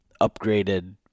upgraded